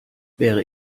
wäre